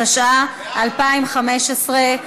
התשע"ה 2015,